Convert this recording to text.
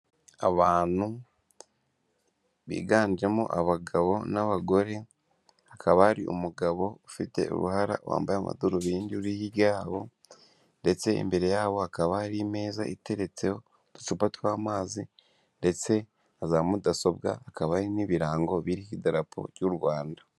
Abantu biganjemo abagabo n'abagore, hakaba hari umugabo ufite uruhara wambaye amadarubindi uri hirya yabo ndetse imbere yabo hakaba hari imeza iteretseho uducupa tw'amazi ndetse na za mudasobwa, hakaba hari n'ibirango biriho idarapo ry'u Rwanda.